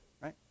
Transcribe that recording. right